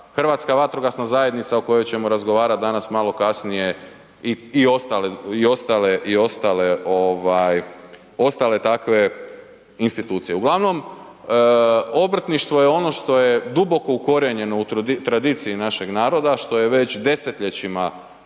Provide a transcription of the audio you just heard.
Hrvatska vatrogasna zajednica o kojoj ćemo razgovarat danas malo kasnije i ostale takve institucije. Uglavnom, obrtništvo je ono što je duboko ukorijenjeno u tradiciji našeg naroda, što je već desetljećima